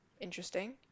interesting